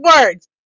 words